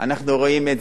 אנחנו רואים איך אדם,